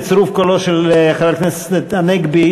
בצירוף קולו של חבר הכנסת הנגבי,